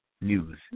news